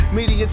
Media